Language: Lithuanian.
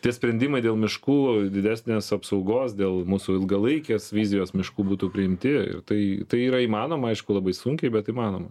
tie sprendimai dėl miškų didesnės apsaugos dėl mūsų ilgalaikės vizijos miškų būtų priimti ir tai tai yra įmanoma aišku labai sunkiai bet įmanoma